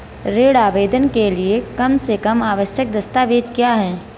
ऋण आवेदन के लिए कम से कम आवश्यक दस्तावेज़ क्या हैं?